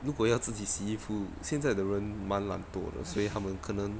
如果要自己洗衣服现在的人蛮懒惰的所以他们可能